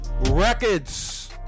Records